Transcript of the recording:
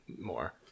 more